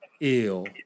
ill